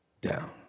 down